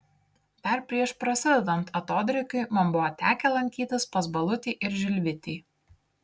dar prieš prasidedant atodrėkiui man buvo tekę lankytis pas balutį ir žilvitį